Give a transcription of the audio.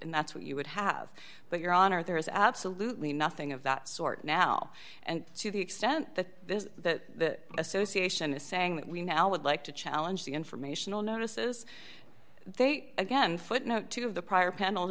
and that's what you would have but your honor there is absolutely nothing of that sort now and to the extent that that association is saying that we now would like to challenge the informational notices they again footnote two of the prior penal